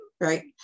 Right